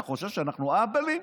אתה חושב שאנחנו אהבלים?